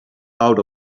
out